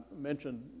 mentioned